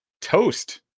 toast